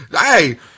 Hey